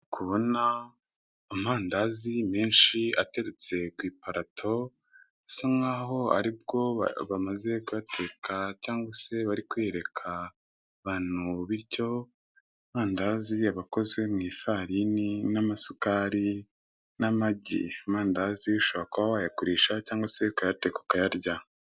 Ndikubona amandazi menshi ateretse ku iparato, asa nkaho aribwo bamaze kuyateka cyangwa se bari kwereka abantu, bityo amandazi aba akoze mu ifarini n'amasukari n'amagi, amandazi ushobora kuba wayagurisha cyangwa se ukayateka ukayarya.